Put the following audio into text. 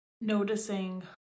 noticing